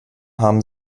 haben